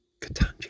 Katanji